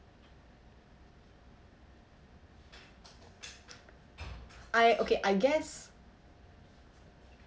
I okay I guess